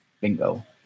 Bingo